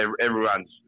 everyone's